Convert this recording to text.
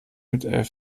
mit